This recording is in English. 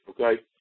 okay